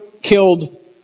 killed